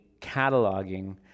cataloging